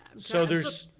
and so there's.